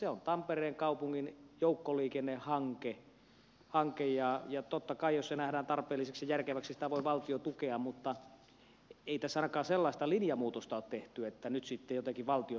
se on tampereen kaupungin joukkoliikennehanke ja totta kai jos se nähdään tarpeelliseksi ja järkeväksi sitä voi valtio tukea mutta ei tässä ainakaan sellaista linjamuutosta ole tehty että nyt sitten jotenkin valtio vetäytyisi näistä